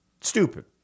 Stupid